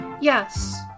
yes